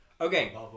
Okay